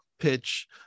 pitch